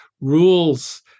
rules